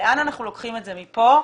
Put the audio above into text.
לאן אנחנו לוקחים את זה מפה.